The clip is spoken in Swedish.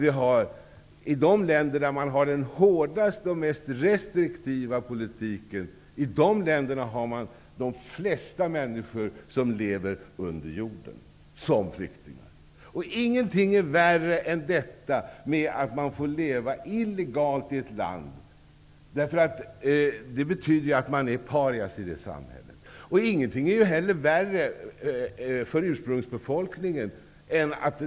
I de länder där man har den hårdaste och mest restriktiva invandrar och flyktingpolitiken har man den största andelen människor som lever under jorden som flyktingar. Ingenting är värre än att leva illegalt i ett land. Det betyder att man är paria i det samhället. Ingenting är heller värre för ursprungsbefolkningen.